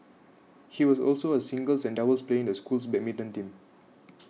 he was also a singles and doubles player in the school's badminton team